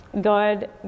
God